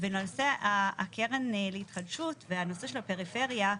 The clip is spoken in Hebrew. ולמעשה הקרן להתחדשות והנושא של הפריפריה,